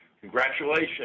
Congratulations